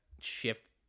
shift